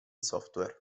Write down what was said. software